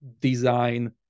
design